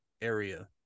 area